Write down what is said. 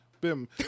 Bim